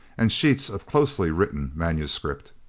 and sheets of closely written manuscript.